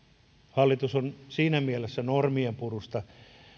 hallitus on siinä mielessä normien purusta